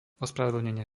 ospravedlnenie